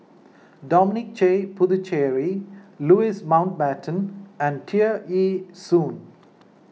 Dominic J Puthucheary Louis Mountbatten and Tear Ee Soon